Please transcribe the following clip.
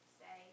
say